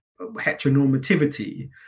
heteronormativity